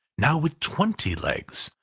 now with twenty legs,